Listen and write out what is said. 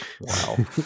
Wow